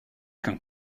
qu’un